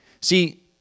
See